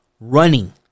running